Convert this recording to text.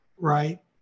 right